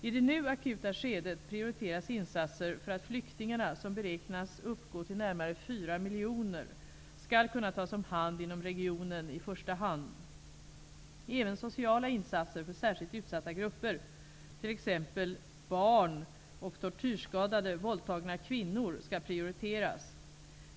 I det nu akuta skedet prioriteras insatser för att flyktingarna -- som beräknas uppgå till närmare 4 miljoner -- skall kunna tas om hand inom regionen i första hand. Även sociala insatser för särskilt utsatta grupper, t.ex. barn och tortyrskadade/våldtagna kvinnor, skall prioriteras.